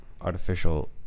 artificial